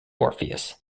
orpheus